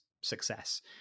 success